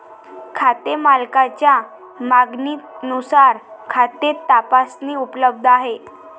खाते मालकाच्या मागणीनुसार खाते तपासणी उपलब्ध आहे